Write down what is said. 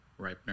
ripener